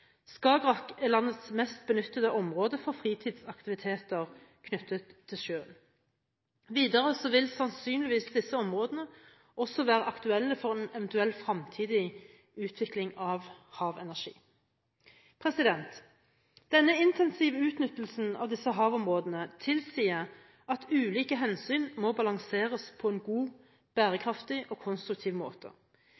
Skagerrak er landets mest benyttede område for fritidsaktiviteter knyttet til sjøen. Videre vil sannsynligvis disse områdene også være aktuelle for en eventuell fremtidig utvikling av havenergi. Denne intensive utnyttelsen av disse havområdene tilsier at ulike hensyn må balanseres på en god,